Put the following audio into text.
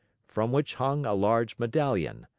from which hung a large medallion.